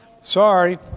sorry